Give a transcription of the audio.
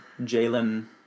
Jalen